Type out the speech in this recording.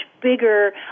bigger